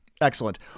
excellent